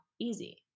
easy